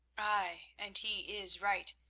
ay, and he is right.